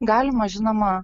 galima žinoma